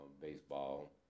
baseball